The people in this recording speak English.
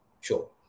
sure